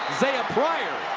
isaiah pryor.